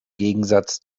gegensatz